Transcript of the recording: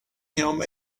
him